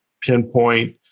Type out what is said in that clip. pinpoint